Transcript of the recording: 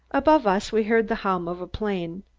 above us we heard the hum of a plane.